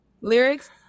lyrics